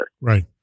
Right